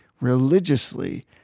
religiously